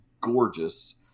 gorgeous